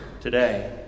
today